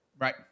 Right